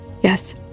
Yes